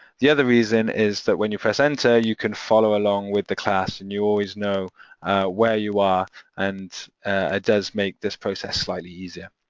the other reason is that when you press enter, you can follow along with the class and you always know where you are and it does make this process slightly easier.